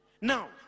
Now